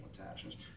attachments